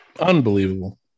Unbelievable